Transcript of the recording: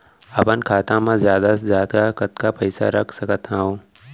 अपन खाता मा जादा से जादा कतका पइसा रख सकत हव?